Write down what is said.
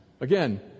Again